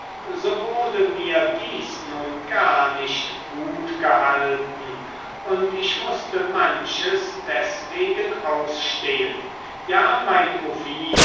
so wurde mir dies nun gar nicht gut gehalten und ich mußte manches deswegen ausstehen ja mein